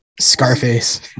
Scarface